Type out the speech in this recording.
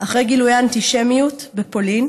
אחר גילויי אנטישמיות בפולין,